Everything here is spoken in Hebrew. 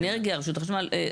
אנרגיה, רשות החשמל.